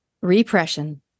Repression